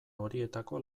horietako